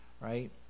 right